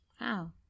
Wow